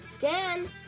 Dan